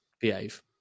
Behave